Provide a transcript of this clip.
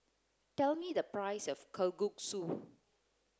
tell me the price of Kalguksu